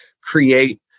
create